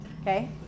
Okay